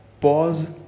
pause